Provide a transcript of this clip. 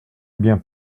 bien